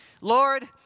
Lord